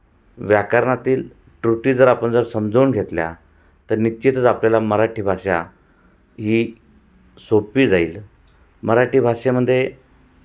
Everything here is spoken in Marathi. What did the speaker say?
व्याकरणातील त्रुटी जर आपण जर समजावून घेतल्या तर निश्चितच आपल्याला मराठी भाषा ही सोपी जाईल मराठी भाषेमध्ये